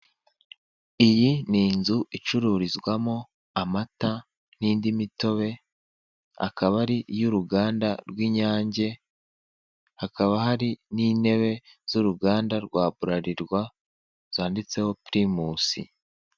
Iyi ni inzu icururizwamo amata n'indi mitobe akaba ari iy'uruganda rw'inyange, hakaba hari n'intebe z'uruganda rwa burarirwa zanditseho pirimusi.